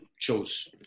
chose